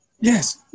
Yes